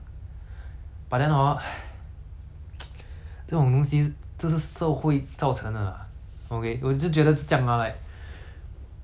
这种东西就是社会造成的 lah okay 我就觉得是这样 lor like 每个人 go through 那种不同的 journey mah